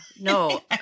No